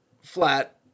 flat